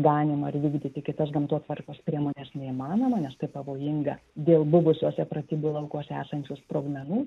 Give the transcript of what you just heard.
ganymo ar vykdyti kitas gamtotvarkos priemones neįmanoma nes tai pavojinga dėl buvusiuose pratybų laukuose esančių sprogmenų